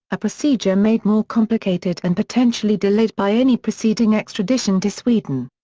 a procedure made more complicated and potentially delayed by any preceding extradition to sweden.